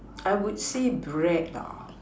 I would say bread lah